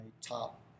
top